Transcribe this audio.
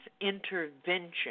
intervention